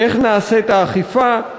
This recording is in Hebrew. איך נעשית האכיפה,